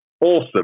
awesome